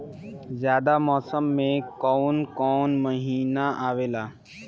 जायद मौसम में काउन काउन महीना आवेला?